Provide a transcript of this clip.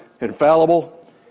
infallible